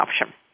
option